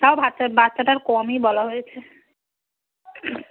তাও ভচ্চা বাচ্চাটার কমই বলা হয়েছে